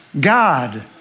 God